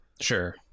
Sure